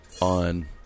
on